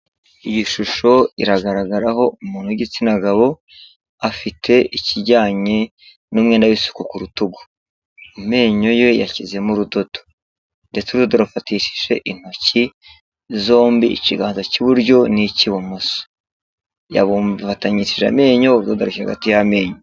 Iyi shusho iragaragaraho umuntu w'igitsina gabo, afite ikijyanye n'umwenda w'isuku ku rutugu, amenyo ye yashyizemo urudodo ndetse urudodo arufatishije intoki zombi ikiganza cy'iburyo n'icy'ibumoso yabumbatanyije amenyo urudodo arushyira hagati y'amenyo.